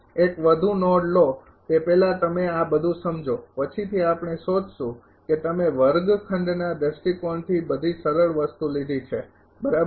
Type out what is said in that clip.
એક વધુ નોડ લો તે પહેલાં તમે આ બધું સમજો પછીથી આપણે શોધશું કે તમે વર્ગખંડના દૃષ્ટિકોણથી બધી સરળ વસ્તુ લીધી છે બરાબર